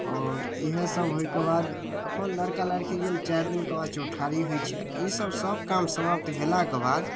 आओर इएह सब होइके बाद अपन लड़का लड़की गेल चारि दिनके बाद चौठारी होइ छै आ ई सब सब काम समाप्त भेलाके बाद